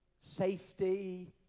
safety